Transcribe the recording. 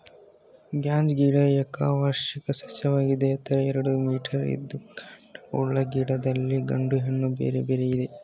ಗಾಂಜಾ ಗಿಡ ಏಕವಾರ್ಷಿಕ ಸಸ್ಯವಾಗಿದ್ದು ಎತ್ತರ ಎರಡು ಮೀಟರಿದ್ದು ಕಾಂಡ ಟೊಳ್ಳು ಗಿಡದಲ್ಲಿ ಗಂಡು ಹೆಣ್ಣು ಬೇರೆ ಬೇರೆ ಇದೆ